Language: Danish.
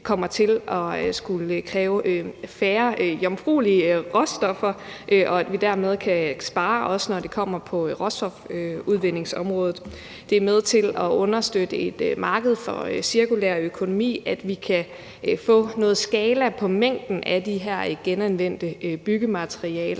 kommer til at skulle kræve færre jomfruelige råstoffer, og at vi dermed også kan spare, når det kommer til råstofsudvindingsområdet. Det er med til at understøtte et marked for cirkulær økonomi, at vi kan få en skala i forhold til mængden af de her genanvendte byggematerialer.